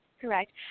Correct